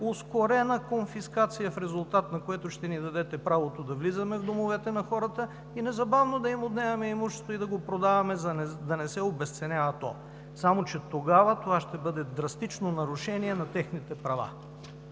ускорена конфискация, в резултат на което ще ни дадете правото да влизаме в домовете на хората и незабавно да им отнемаме имуществото и да го продаваме, за да не се обезценява то. Само че тогава това ще бъде драстично нарушение на техните права.